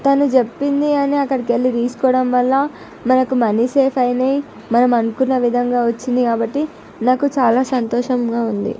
తాను చెప్పింది అని అక్కడికి వెళ్ళి తీసుకోవడం వల్ల మనకి మనీ సేఫ్ అయినాయి మనం అనుకొన్న విధంగా వచ్చినాయి కాబట్టి నాకు చాలా సంతోషంగా ఉంది